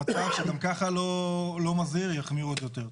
המצב שגם ככה לא מזהיר, יחמיר עוד יותר.